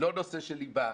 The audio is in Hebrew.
נושא של ליבה.